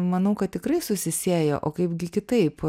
manau kad tikrai susisiejo o kaipgi kitaip